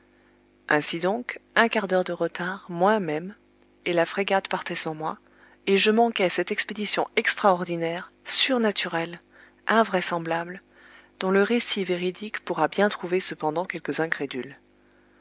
ainsi donc un quart d'heure de retard moins même et la frégate partait sans moi et je manquais cette expédition extraordinaire surnaturelle invraisemblable dont le récit véridique pourra bien trouver cependant quelques incrédules